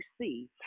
see